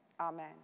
Amen